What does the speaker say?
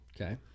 Okay